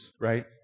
right